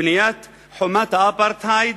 בניית חומת אפרטהייד,